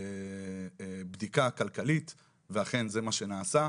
בדיקה כלכלית ואכן זה מה שנעשה.